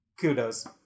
kudos